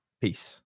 Peace